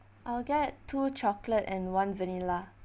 I'll get two chocolate and one vanilla